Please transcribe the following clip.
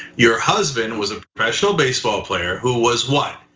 your husband was a professional baseball player who was what?